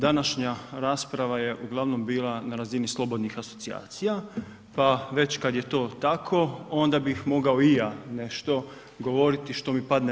Današnja rasprava je uglavnom bila na razini slobodnih asocijacija pa već kad je to tako onda bih mogao i ja nešto govoriti što mi padne